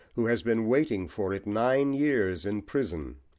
who has been waiting for it nine years in prison,